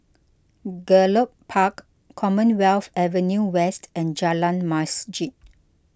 Gallop Park Commonwealth Avenue West and Jalan Masjid